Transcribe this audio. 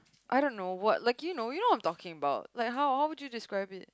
I don't know what like you know you know what I'm talking about like how how would you describe it